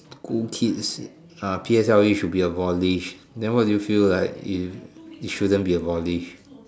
cool kids uh P_S_L_E should be abolished then why do you feel like it it shouldn't be abolished